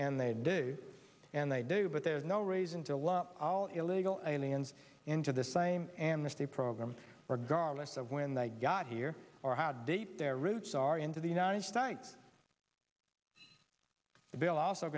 and they do and they do but there's no reason to lump all illegal aliens into the same amnesty program org our list of when they got here or how deep their roots are into the united states the bill also